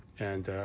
and